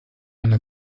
einer